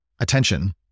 attention